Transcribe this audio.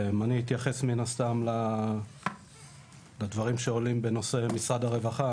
אני אתייחס מן הסתם לדברים שעולים בנושא משרד הרווחה,